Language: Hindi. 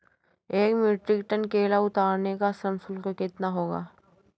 एक मीट्रिक टन केला उतारने का श्रम शुल्क कितना होगा?